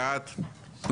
מי בעד?